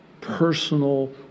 personal